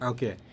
Okay